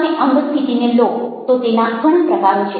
તમે અંગેસ્થિતિને લો તો તેના ઘણા પ્રકારો છે